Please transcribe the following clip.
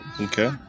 Okay